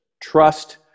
Trust